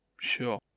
Sure